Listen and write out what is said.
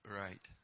right